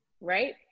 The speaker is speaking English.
Right